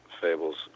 fables